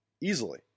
easily